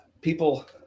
people